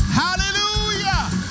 hallelujah